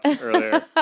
earlier